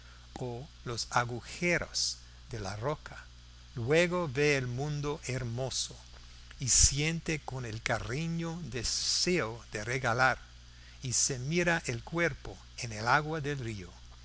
o los agujeros de la roca luego ve el mundo hermoso y siente con el cariño deseo de regalar y se mira el cuerpo en el agua del río